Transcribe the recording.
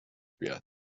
بیاد